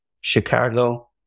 Chicago